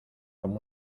como